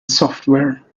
software